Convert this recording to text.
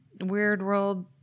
WeirdWorld